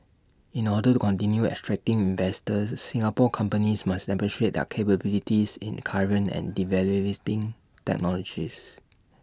in order to continue attracting investors Singapore companies must demonstrate their capabilities in current and technologies